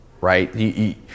right